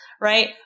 Right